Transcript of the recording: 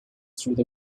through